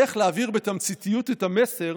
איך להעביר בתמציתיות את המסר